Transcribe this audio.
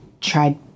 tried